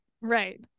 Right